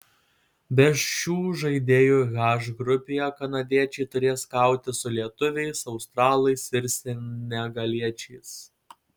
be šių žaidėjų h grupėje kanadiečiai turės kautis su lietuviais australais ir senegaliečiais